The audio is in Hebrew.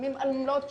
משלמים עמלות שנים.